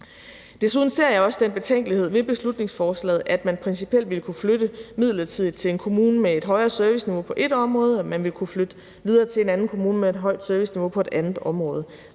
Desuden har jeg også den betænkelighed ved beslutningsforslaget, at man principielt ville kunne flytte midlertidigt til en kommune med et højere serviceniveau på et område, og at man ville kunne flytte videre til en anden kommune med et højt serviceniveau på et andet område.